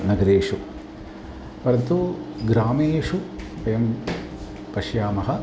नगरेषु परन्तु ग्रामेषु वयं पश्यामः